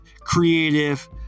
creative